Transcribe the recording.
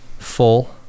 full